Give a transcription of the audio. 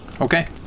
Okay